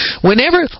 Whenever